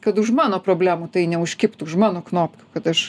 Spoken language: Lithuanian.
kad už mano problemų tai neužkibtų už mano knopkių kad aš